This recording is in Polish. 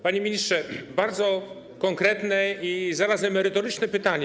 Panie ministrze, bardzo konkretne i zarazem merytoryczne pytanie.